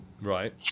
Right